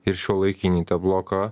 ir šiuolaikinį bloką